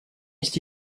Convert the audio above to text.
есть